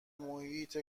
محیط